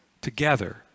together